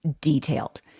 detailed